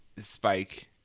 Spike